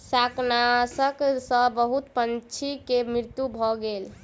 शाकनाशक सॅ बहुत पंछी के मृत्यु भ गेल